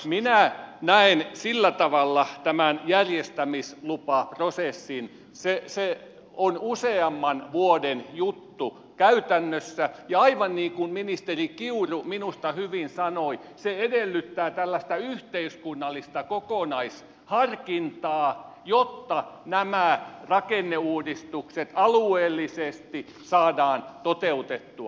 minä näen sillä tavalla tämän järjestämislupaprosessin että se on useamman vuoden juttu käytännössä ja aivan niin kuin ministeri kiuru minusta hyvin sanoi se edellyttää tällaista yhteiskunnallista kokonaisharkintaa jotta nämä rakenneuudistukset alueellisesti saadaan toteutettua